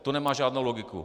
To nemá žádnou logiku.